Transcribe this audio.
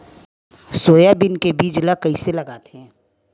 Soybean के बीज ल कइसे लगाथे?